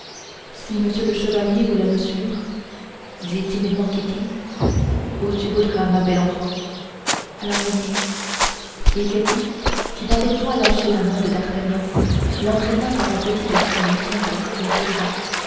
si monsieur le chevalier voulait me suivre dit timidement ketty où tu voudras ma belle enfant alors venez et ketty qui n'avait point lâché la main de d'artagnan l'entraîna par un petit escalier sombre et tournant